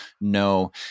No